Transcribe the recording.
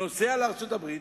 נוסע לארצות-הברית,